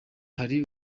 hari